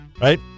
right